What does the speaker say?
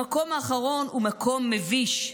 המקום האחרון הוא מקום מביש.